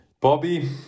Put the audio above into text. Bobby